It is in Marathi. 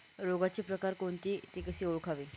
रोगाचे प्रकार कोणते? ते कसे ओळखावे?